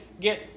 get